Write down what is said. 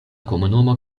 komunumo